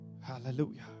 Hallelujah